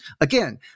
Again